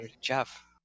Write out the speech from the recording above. Jeff